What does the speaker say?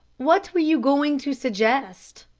what were you going to suggest?